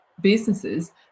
businesses